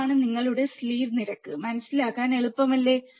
അതാണ് നിങ്ങളുടെ സ്ലീവ് നിരക്ക് മനസിലാക്കാൻ എളുപ്പമാണ് അല്ലേ